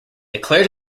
declared